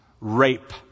rape